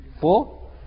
Four